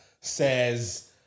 says